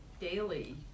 daily